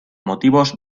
motivos